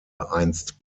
einst